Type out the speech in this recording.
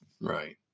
right